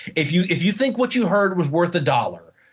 if you if you think what you heard was worth a dollar,